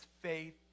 faith